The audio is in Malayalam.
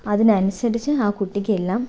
അതിനനുസരിച്ച് ആ കുട്ടിക്ക് എല്ലാം